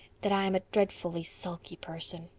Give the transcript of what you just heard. that i am a dreadfully sulky person.